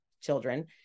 children